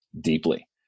deeply